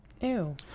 Ew